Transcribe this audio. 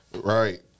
Right